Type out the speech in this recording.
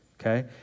okay